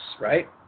right